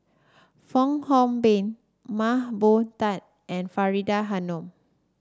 Fong Hoe Beng Mah Bow Tan and Faridah Hanum